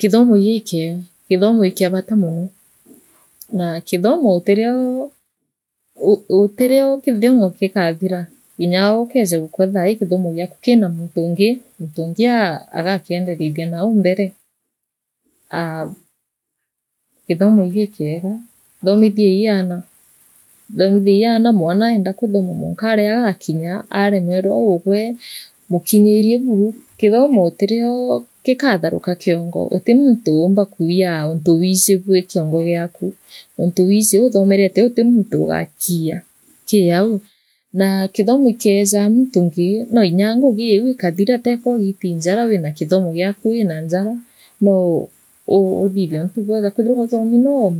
kithomo igikiega kithomo ikia bata mono naa kithomo utirioo u u utirioo kithomo kikathira inyaa uu ukeya gukua thaai kithomo giaku kina muntuungi muntuungi a a agakiendeneithia nau mbere aa kithomo igikiega thomithiei aana mwana eenda kuthoma mwanka utirio gikatharuka kiongo uti muntu umba kwiya untu wiji bwi kiongo giaka untu wiji uthomerete uti muntu uga kiiya kiau naa kithomo ikiijaa muntu ngugi noo inya ngugi iu ikathira teka ugiiti njara wira kithomo giaku wira njara noo uu uthithie untu bwega kwithirwa uthoomi noo.